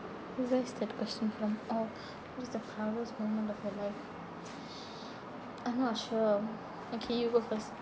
where's that question from oh what is the proudest moment of your life I'm not sure okay you go first